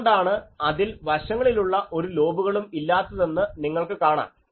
അതുകൊണ്ടാണ് അതിൽ വശങ്ങളിലുള്ള ഒരു ലോബുകളും ഇല്ലാത്തതെന്ന് നിങ്ങൾക്ക് കാണാം